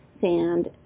sand